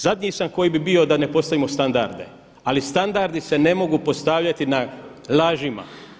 Zadnji sam koji sam bio da ne postavimo standarde ali standardi se ne mogu postavljati na lažima.